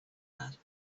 had